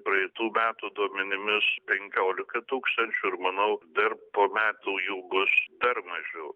praeitų metų duomenimis penkiolika tūkstančių ir manau dar po metų jų bus dar mažiau